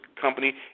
company